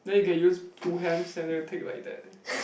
then you can use two hands and then you take like that